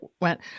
went